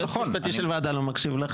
היועץ המשפטי של הוועדה לא מקשיב לך.